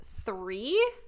three